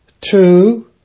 Two